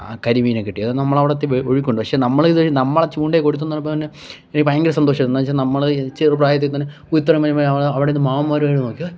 കരിമീനെ കിട്ടി അത് നമ്മൾ അവിടെ എത്തി ഒഴുക്കുണ്ട് പക്ഷെ നമ്മളിത് നമ്മുടെ ചൂണ്ടയിൽ കുരുത്തു എന്ന് പറഞ്ഞപ്പം തന്നെ എനിക്ക് ഭയങ്കര സന്തോഷമായിരുന്നു എന്നുവെച്ചാൽ നമ്മൾ ചെറു പ്രായത്തിൽതന്നെ കുരുത്തരം വരുമ്പൾ നമ്മൾ അവിടെ നിന്ന് മാമൻമാർ വരുമോ എന്ന് നോക്കിയാ